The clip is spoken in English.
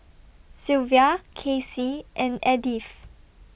Silvia Casey and Edyth